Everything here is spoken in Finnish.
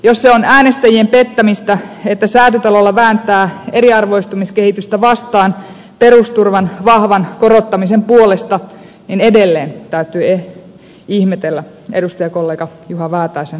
jos se on äänestäjien pettämistä että säätytalolla vääntää eriarvoistumiskehitystä vastaan perusturvan vahvan korottamisen puolesta niin edelleen täytyy ihmetellä edustajakollega juha väätäisen logiikkaa